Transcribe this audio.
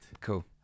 Cool